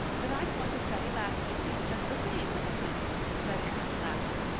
but i'm going to study latin and greek just the same, mrs. lynde, said anne laughing.